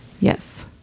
Yes